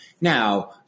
Now